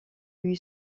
lui